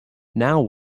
now